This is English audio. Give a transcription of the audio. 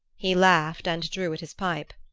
he laughed and drew at his pipe.